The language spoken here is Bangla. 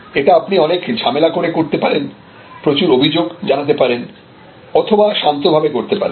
এটা আপনি অনেক ঝামেলা করে করতে পারেন প্রচুর অভিযোগ জানাতে পারেন অথবা শান্ত ভাবে করতে পারেন